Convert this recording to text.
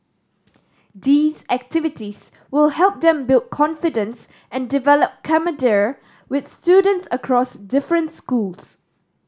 these activities will help them build confidence and develop camaraderie with students across different schools